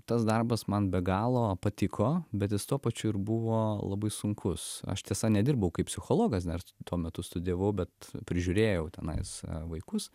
tas darbas man be galo patiko bet jis tuo pačiu ir buvo labai sunkus aš tiesa nedirbau kaip psichologas dar tuo metu studijavau bet prižiūrėjau tenais vaikus